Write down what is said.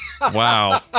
Wow